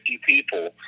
people